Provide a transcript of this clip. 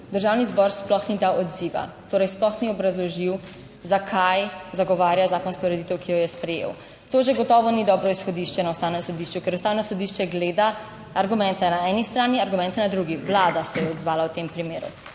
Državni zbor sploh ni dal odziva, torej sploh ni obrazložil, zakaj zagovarja zakonsko ureditev, ki jo je sprejel. To zagotovo ni dobro izhodišče na Ustavnem sodišču, ker Ustavno sodišče gleda argumente na eni strani, argumente na drugi. Vlada se je odzvala v tem primeru.